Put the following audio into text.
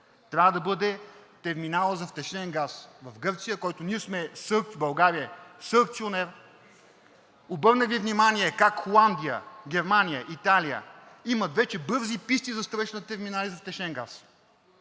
трябва да бъде терминалът за втечнен газ в Гърция, в който България е съакционер. Обърнах Ви внимание как Холандия, Германия, Италия имат вече бързи писти за строеж на терминали за втечнен газ.